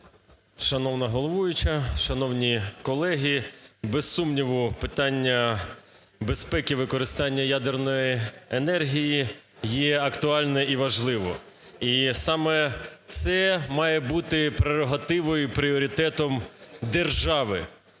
Шановна головуюча! Шановні колеги! Без сумніву, питання безпеки використання ядерної енергії є актуальне і важливе. І саме це має бути прерогативою і пріоритетом держави.